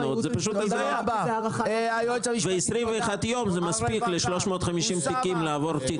וש-21 יום זה מספיק כדי לעבור על 360 תיקים.